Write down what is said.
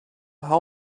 how